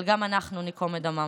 אבל גם אנחנו ניקום את דמם,